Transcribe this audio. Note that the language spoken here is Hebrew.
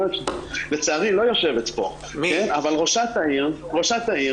לצערי ראשת העיר לא כאן.